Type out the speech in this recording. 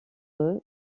eux